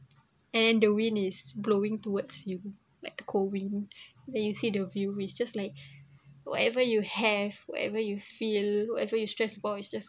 and the wind is blowing towards you like cold wind then you see the view is just like whatever you have whatever you feel whatever you stress about it's just